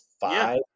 five